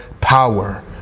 power